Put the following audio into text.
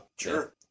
Sure